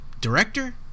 Director